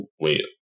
wait